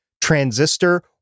Transistor